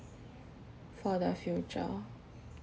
for the future